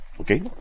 Okay